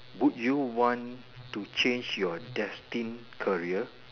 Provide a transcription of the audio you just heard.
would you want to change your destined career